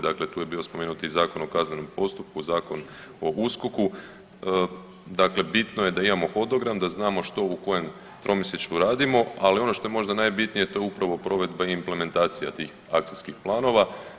Dakle, tu je bio spomenut i Zakon o kaznenom postupku, Zakon o USKOK-u, dakle bitno je da imamo hodogram da znamo što u kojem tromjesečju radimo, ali ono što je možda najbitnije to je upravo provedba implementacija tih akcijskih planova.